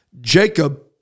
Jacob